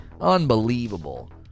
Unbelievable